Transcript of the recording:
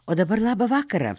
o dabar labą vakarą